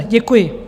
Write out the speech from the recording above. Děkuji.